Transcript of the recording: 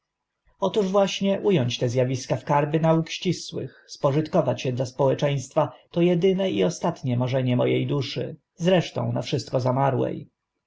otóż właśnie u ąć te z awiska w karby nauk ścisłych spożytkować e dla społeczeństwa to edyne i ostatnie marzenie mo e duszy zresztą na wszystko zamarłe